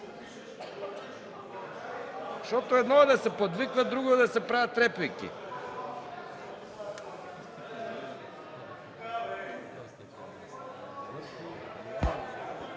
Защото едно е да се подвиква, а друго е да се правят реплики.